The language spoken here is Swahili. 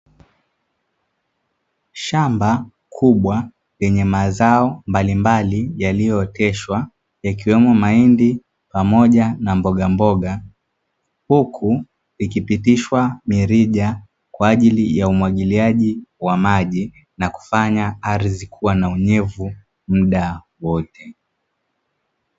Shamba kubwa lenye mazao mbalimbali yaliyooteshwa yakiwemo mahindi pamoja na mbogamboga, huku ikipitishwa mirija kwaajili ya umwagiliaji wa maji na kufanya ardhi kua na unyevu mda wote.